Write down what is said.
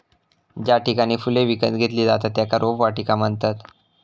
ज्या ठिकाणी फुले विकत घेतली जातत त्येका रोपवाटिका म्हणतत